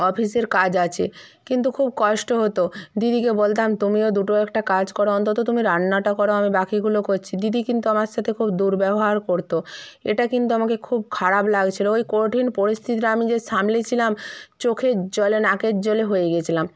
অফিসের কাজ আছে কিন্তু খুব কষ্ট হত দিদিকে বলতাম তুমিও দুটো একটা কাজ করো অন্তত তুমি রান্নাটা করো আমি বাকিগুলো করছি দিদি কিন্তু আমার সাথে খুব দুর্ব্যবহার করতো এটা কিন্তু আমাকে খুব খারাপ লাগছিলো ওই কঠিন পরিস্থিতিটা আমি যে সামলে ছিলাম চোখের জলে নাকের জলে হয়ে গিয়েছিলাম